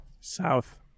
South